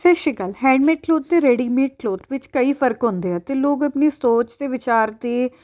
ਸਤਿ Sri Akal handmade cloth ਅਤੇ readymade cloth ਵਿੱਚ ਕਈ ਫ਼ਰਕ ਹੁੰਦੇ ਆ ਅਤੇ ਲੋਕ ਆਪਣੀ ਸੋਚ ਅਤੇ ਵਿਚਾਰ ਦੇ